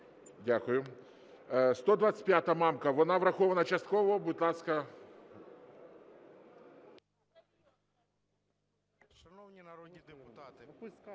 Дякую. 125-а, Мамка. Вона врахована частково. Будь ласка.